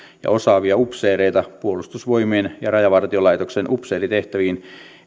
ja osaavia upseereita puolustusvoimien ja rajavartiolaitoksen upseerintehtäviin